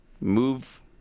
move